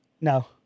No